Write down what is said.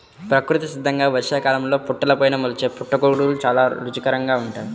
ప్రకృతి సిద్ధంగా వర్షాకాలంలో పుట్టలపైన మొలిచే పుట్టగొడుగులు చాలా రుచికరంగా ఉంటాయి